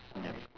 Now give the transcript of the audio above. yup